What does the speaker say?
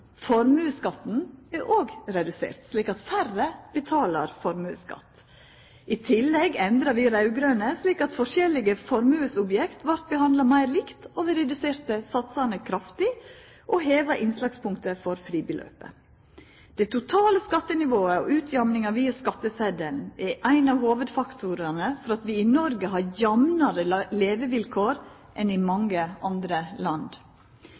Formuesskatten er òg redusert, slik at færre betaler formuesskatt. I tillegg endra vi raud-grøne det slik at forskjellige formuesobjekt vart behandla meir likt, og vi reduserte satsane kraftig og heva innslagspunktet for fribeløpet. Det totale skattenivået og utjamninga via skattesetelen er ein av hovudfaktorane for at vi i Noreg har jamnare levevilkår enn i mange andre land.